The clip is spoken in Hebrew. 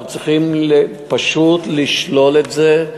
אנחנו צריכים פשוט לשלול את זה,